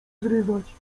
zrywać